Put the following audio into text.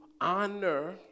honor